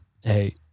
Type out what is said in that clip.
Hey